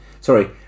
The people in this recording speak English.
sorry